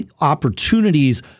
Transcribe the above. opportunities